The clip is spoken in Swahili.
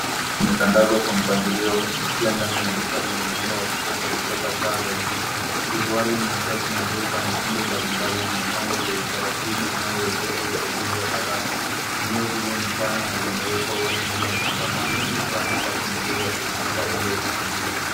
Ni tandazo kwa mpangaji wa kukitia nda minyaduka lenye matunda yanayotolewa kutoka taza juu. Turuwali, masyati, na nguuza mikindo mbalimbali kimepangwa kwa utaratibu unaoruhusu uchagaji haraka. Ninyo hilo ni pana na linaonekana wazi bila msangamano, likipitia na pasi mturi ya kuzunguka bila usumbufu.